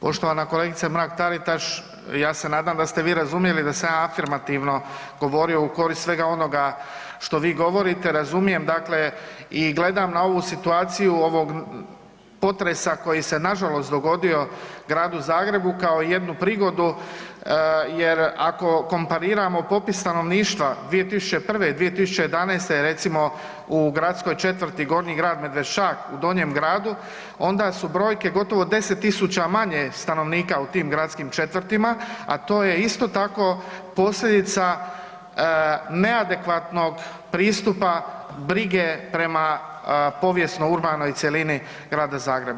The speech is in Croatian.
Poštovan kolegice Mrak Taritaš ja se nadam da ste vi razumjeli da sam ja afirmativno govorio u korist svega onoga što vi govorite, razumijem dakle i gledam na ovu situaciju ovog potresa koji se nažalost dogodio Gradu Zagrebu kao jednu prigodu jer ako kompariramo popis stanovništva 2001. i 2011. je recimo u gradskoj četvrti Gornji grad Medveščak u Donjem gradu onda su brojke gotovo 10.000 manje je stanovnika u tim gradskim četvrtima, a to je isto tako posljedica neadekvatnog pristupa brige prema povijesno urbanoj cjelini Grada Zagreba.